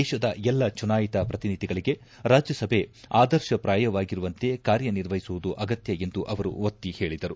ದೇಶದ ಎಲ್ಲ ಚುನಾಯಿತ ಪ್ರತಿನಿಧಿಗಳಿಗೆ ರಾಜ್ಲಸಭೆ ಆದರ್ಶಪ್ರಾಯವಾಗಿರುವಂತೆ ಕಾರ್ಯನಿರ್ವಹಿಸುವುದು ಅಗತ್ಯ ಎಂದು ಅವರು ಒತ್ತು ಹೇಳಿದರು